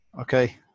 Okay